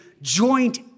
joint